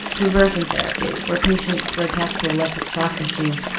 to reversion therapy where patients were attached to electric shock machines,